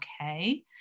okay